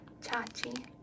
Chachi